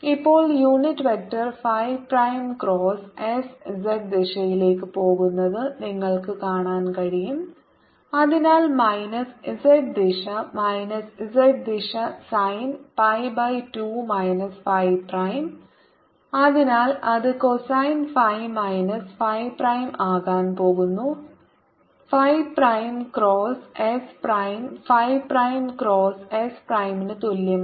ഇപ്പോൾ unit vector phi prime cross s z ദിശയിലേക്ക് പോകുന്നത് നിങ്ങൾക്ക് കാണാൻ കഴിയും അതിനാൽ മൈനസ് z ദിശ മൈനസ് z ദിശ sine pi by 2 minus phi prime അതിനാൽ അത് cosine phi minus phi prime ആകാൻ പോകുന്നു phi prime cross S prime phi prime cross S പ്രൈമിന് തുല്യമാണ്